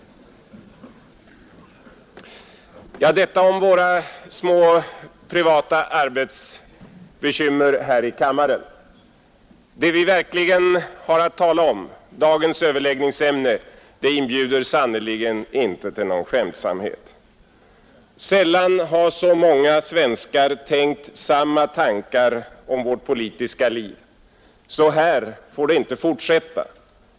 Detta om våra små privata arbetsbekymmer här i kammaren. Det vi verkligen har att tala om — dagens överläggningsämne — inbjuder sannerligen inte till någon skämtsamhet. Sällan har så många svenskar tänkt samma tankar om vårt politiska liv: ”Så här får det inte fortsätta.